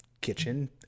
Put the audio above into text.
kitchen